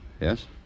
Yes